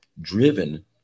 driven